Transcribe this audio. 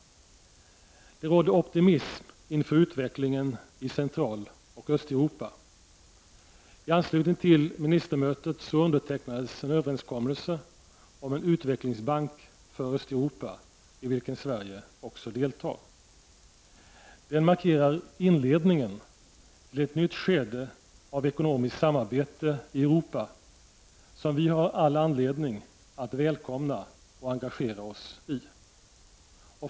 Det rådde optimism inför utvecklingen i Centraloch Östeuropa. I anslutning till ministermötet undertecknades en överenskommelse om en utvecklingsbank för Östeuropa, i vilken Sverige också deltar. Det markerar inledningen till ett nytt skede av ekonomiskt samarbete i Europa, som vi har all anledning att välkomna och engagera oss i.